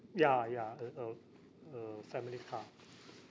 ya ya uh uh a family car